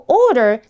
order